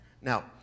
Now